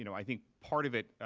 you know i think part of it,